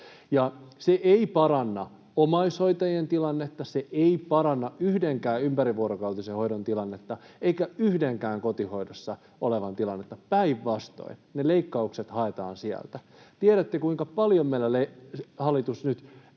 Se ei paranna omaishoitajien tilannetta, se ei paranna yhdenkään ympärivuorokautisessa hoidossa olevan tilannetta eikä yhdenkään kotihoidossa olevan tilannetta. Päinvastoin, ne leikkaukset haetaan sieltä. Tiedätte, kuinka paljon meillä hallitus nyt